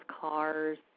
cars